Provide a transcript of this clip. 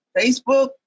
Facebook